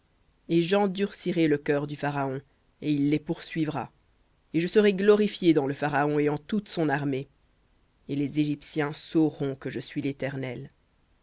et j'endurcirai le cœur du pharaon et il les poursuivra et je serai glorifié dans le pharaon et en toute son armée et les égyptiens sauront que je suis l'éternel